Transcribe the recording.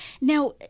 Now